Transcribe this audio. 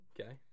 Okay